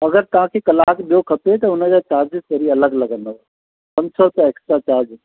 अगरि तव्हांखे कलाकु ॿियो खपे त हुनजा चार्जिस वरी अलॻि लॻंदव पंज सौ रुपया एक्सट्रा चार्ज